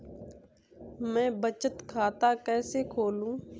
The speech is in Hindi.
मैं बचत खाता कैसे खोलूं?